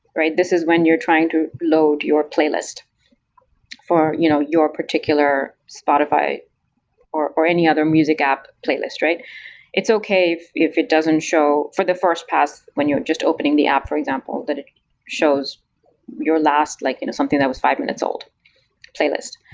this is when you're trying to load your playlist for you know your particular spotify or or any other music app playlist. it's okay if it doesn't show for the first pass when you're just opening the app, for example, that it shows your last like you know something that was five minutes old playlist.